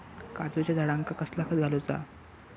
काजूच्या झाडांका कसला खत घालूचा?